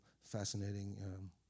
fascinating